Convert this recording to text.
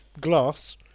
glass